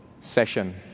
session